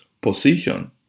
position